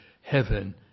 heaven